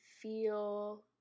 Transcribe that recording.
feel